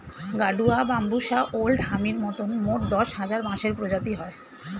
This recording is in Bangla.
গাডুয়া, বাম্বুষা ওল্ড হামির মতন মোট দশ হাজার বাঁশের প্রজাতি হয়